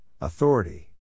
authority